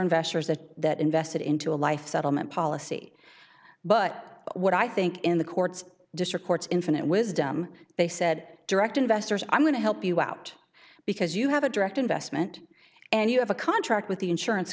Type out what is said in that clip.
investors that that invested into a life settlement policy but what i think in the courts district courts infinite wisdom they said direct investors i'm going to help you out because you have a direct investment and you have a contract with the insurance